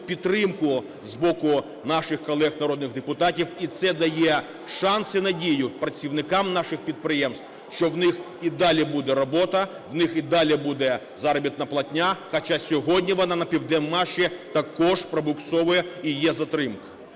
підтримку з боку наших колег - народних депутатів. І це дає шанс і надію працівникам наших підприємств, що в них і далі буде робота, в них і далі буде заробітна платня. Хоча сьогодні вона на "Південмаші" також пробуксовує і є затримки.